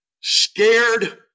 scared